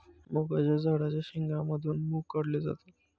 मुगाच्या झाडाच्या शेंगा मधून मुग काढले जातात